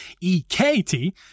E-K-T